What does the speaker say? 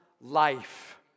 life